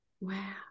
wow